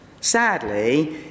Sadly